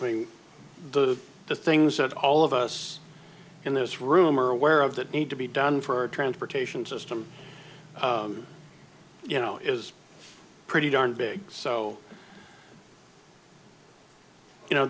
issue the the things that all of us in this room are aware of that need to be done for our transportation system you know is pretty darn big so you know